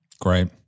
Great